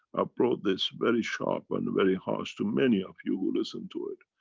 i brought this very sharp and very harsh to many of you who listen to it.